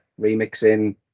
remixing